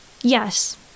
Yes